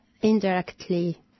indirectly